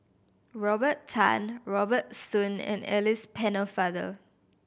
Robert Tan Robert Soon and Alice Pennefather